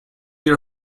your